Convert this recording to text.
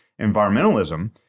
environmentalism